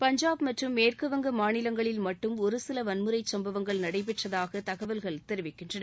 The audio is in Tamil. பஞ்சாப் மற்றும் மேற்கு வங்க மாநிலங்களில் மட்டும் ஒருசில வன்முறைச் சும்பவங்கள் நடைபெற்றதாக தகவல்கள் தெரிவிக்கின்றன